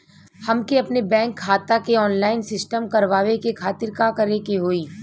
हमके अपने बैंक खाता के ऑनलाइन सिस्टम करवावे के खातिर का करे के होई?